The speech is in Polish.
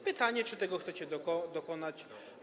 Pytanie, czy tego chcecie dokonać.